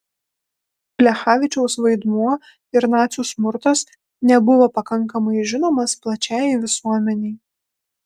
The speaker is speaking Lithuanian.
plechavičiaus vaidmuo ir nacių smurtas nebuvo pakankamai žinomas plačiajai visuomenei